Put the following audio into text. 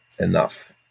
enough